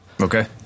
Okay